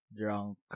drunk